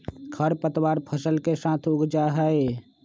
खर पतवार फसल के साथ उग जा हई